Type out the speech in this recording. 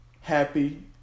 happy